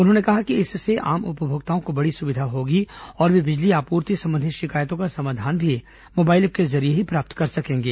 उन्होंने कहा कि इससे आम उपभोक्ताओं को बड़ी सुविधा होगी और वे बिजली आपूर्ति संबंधी शिकायतों का समाधान भी मोबाइल ऐप को जरिये ही प्राप्त कर सकेंगे